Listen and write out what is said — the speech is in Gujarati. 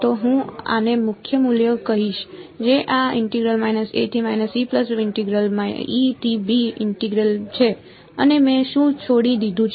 તો હું આને મુખ્ય મૂલ્ય કહીશ જે આ ઇન્ટેગ્રલ છે અને મેં શું છોડી દીધું છે